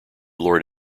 lord